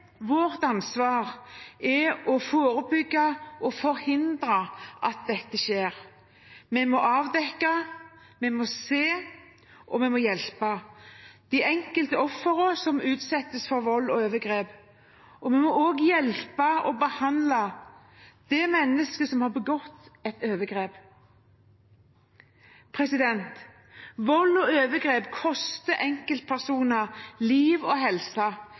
Vårt ansvar er å forebygge og forhindre at det skjer. Vi må avdekke. Vi må se, og vi må hjelpe de enkelte offer som utsettes for vold og overgrep, og vi må også hjelpe og behandle det mennesket som har begått et overgrep. Vold og overgrep koster enkeltpersoner liv og helse,